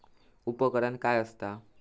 उपकरण काय असता?